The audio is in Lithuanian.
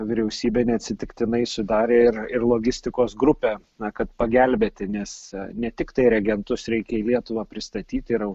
vyriausybė neatsitiktinai sudarė ir ir logistikos grupę na kad pagelbėti nes ne tiktai reagentus reikia į lietuvą pristatyti yra